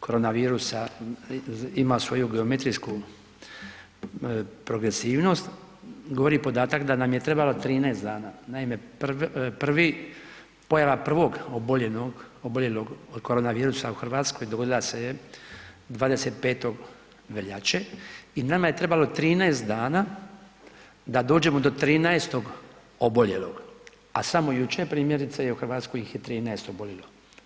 korona virusa ima svoju geometrijsku progresivnost, govori podatak da nam je trebala 13 dana, naime prvi, pojava prvog oboljenog, oboljelog od korona virusa u Hrvatskoj dogodila se je 25. veljače i nama je trebalo 13 dana da dođemo do 13-og oboljelog, a samo jučer primjerice je u Hrvatskoj ih je 13 oboljelo.